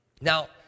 Now